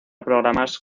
programas